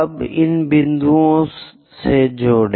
अब इन बिंदुओं से जुड़ें